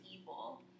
evil